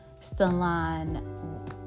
salon